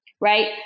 right